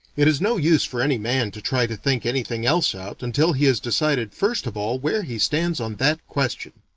it is no use for any man to try to think anything else out until he has decided first of all where he stands on that question.